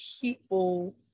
people